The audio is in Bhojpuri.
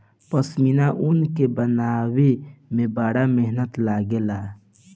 पश्मीना ऊन के बनावे में बड़ा मेहनत लागेला